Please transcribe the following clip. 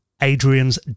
Adrian's